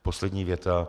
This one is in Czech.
Poslední věta.